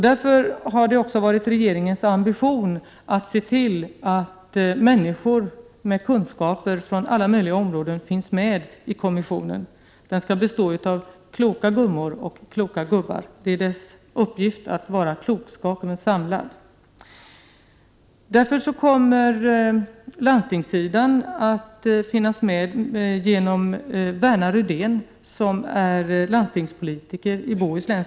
Därför har det också varit regeringens ambition att se till att människor med kunskaper från alla möjliga områden finns med i kommissionen. Den skall bestå av kloka gummor och kloka gubbar. Det är dess uppgift att vara den samlade klokskapen. Landstingssidan kommer att vara företrädd genom Verna Rydén, som är politiker inom landstinget i Göteborgs och Bohus län.